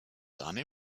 sahne